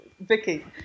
Vicky